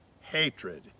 hatred